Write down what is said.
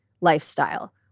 lifestyle